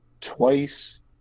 Twice